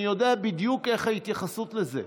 אני יודע בדיוק איך ההתייחסות לזה,